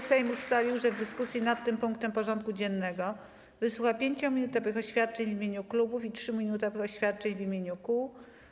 Sejm ustalił, że w dyskusji nad tym punktem porządku dziennego wysłucha 5-minutowych oświadczeń w imieniu klubów i 3-minutowych oświadczeń w imieniu kół.